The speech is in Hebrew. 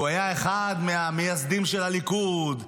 שהוא היה אחד מהמייסדים של הליכוד,